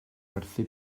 werthu